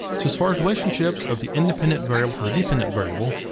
so as far as relationships of the independent variable to the dependent variable,